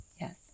Yes